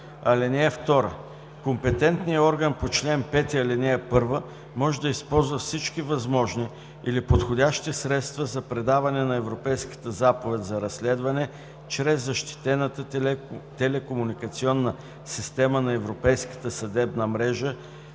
орган. (2) Компетентният орган по чл. 5, ал. 1 може да използва всички възможни или подходящи средства за предаване на Европейската заповед за разследване чрез защитената телекомуникационна система на Европейската съдебна мрежа,